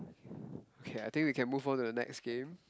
okay I think we can move on to the next game